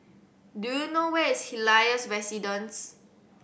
do you know where is Helios Residence